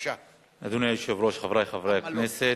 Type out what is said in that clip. התשע"ב 2012. אדוני היושב-ראש, חברי חברי הכנסת,